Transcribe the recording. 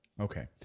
Okay